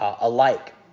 alike